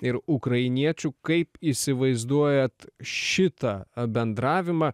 ir ukrainiečių kaip įsivaizduojat šitą bendravimą